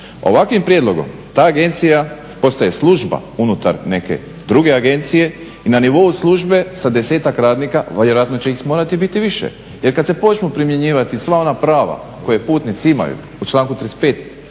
Ovakvim prijedlogom ta agencija postaje služba unutar neke druge agencije i na nivou službe sa 10-ak radnika, vjerojatno će ih morati biti više. Jer kada se počnu primjenjivati sva ona prava koje putnici imaju u članku 35.